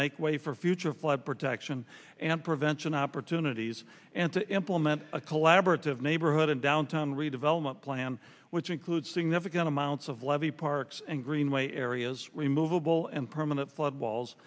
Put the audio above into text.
make way for future flood protection and prevention opportunities and to implement a collaborative neighborhood in downtown redevelopment plan which includes significant amounts of levee parks and greenway areas removeable and permanent floo